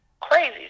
Crazy